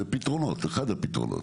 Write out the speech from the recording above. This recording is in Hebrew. זה פתרונות, אחד הפתרונות.